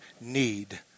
need